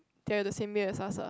they are the same year as us ah